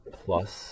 plus